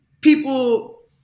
people